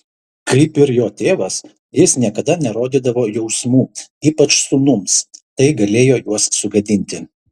kaip ir jo tėvas jis niekada nerodydavo jausmų ypač sūnums tai galėjo juos sugadinti